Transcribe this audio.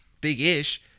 Big-ish